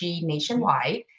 nationwide